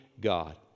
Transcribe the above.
God